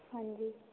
ਹਾਂਜੀ